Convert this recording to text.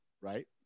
right